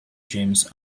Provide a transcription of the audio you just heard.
james